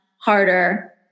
harder